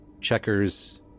checkers